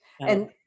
and-